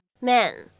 man